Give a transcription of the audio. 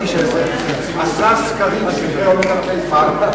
אבל יש גם סקרים אחרים, אדוני השר.